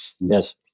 Yes